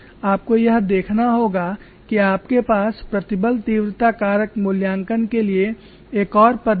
आपको यह देखना होगा कि आपके पास प्रतिबल तीव्रता कारक मूल्यांकन के लिए एक और पद्धति है